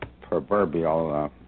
proverbial